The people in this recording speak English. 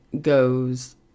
goes